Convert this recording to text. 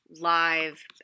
live